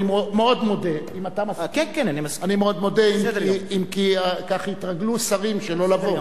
אני מאוד מודה, אם כי כך יתרגלו שרים שלא לבוא.